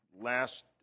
last